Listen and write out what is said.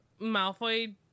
Malfoy